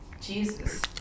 Jesus